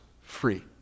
Free